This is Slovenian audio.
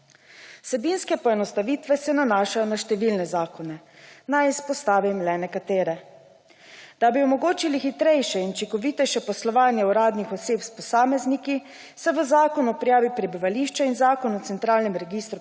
Vsebinske poenostavitve se nanašajo na številne zakone. Naj izpostavim le nekatere. Da bi omogočili hitrejše in učinkovitejše poslovanje uradnih oseb s posamezniki se v Zakon o prijavi prebivališča in Zakon o centralnem registru